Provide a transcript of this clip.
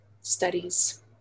studies